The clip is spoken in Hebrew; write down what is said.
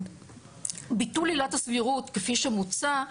ביטול עילת הסבירות כפי שמוצע,